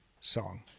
song